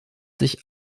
sich